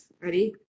Ready